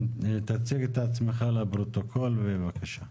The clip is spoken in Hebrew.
כן, תציג את עצמך לפרוטוקול, בבקשה.